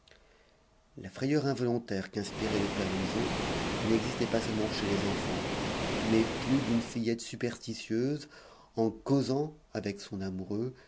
la frayeur involontaire qu'inspirait le père louison n'existait pas seulement chez les enfants mais plus d'une fillette superstitieuse en causant avec son amoureux